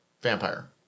Vampire